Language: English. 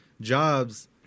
Jobs